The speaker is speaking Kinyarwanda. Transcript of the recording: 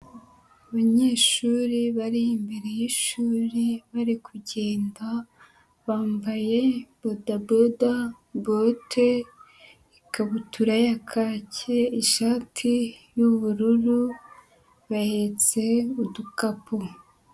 Abanyeshuri bari imbere y'ishuri bari kugenda, bambaye bodaboda, bote, ikabutura ya kaki, ishati y'ubururu bahetse udukapu.